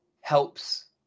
helps